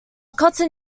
cotton